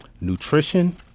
nutrition